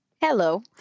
Hello